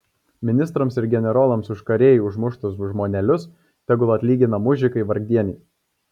ministrams ir generolams už karėj užmuštus žmonelius tegul atlygina mužikai vargdieniai